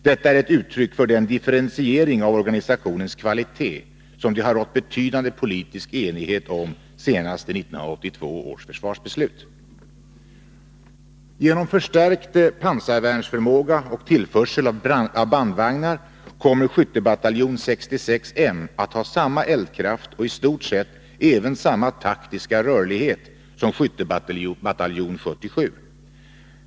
Detta är ett uttryck för den differentiering av organisationens kvalitet som det har rått betydande politisk enighet om, senast i 1982 års försvarsbeslut. Genom förstärkt pansarvärnsförmåga och tillförsel av bandvagnar kommer skyttebataljon 66 M att ha samma eldkraft och i stort sett även samma taktiska rörlighet som skyttebataljon 77.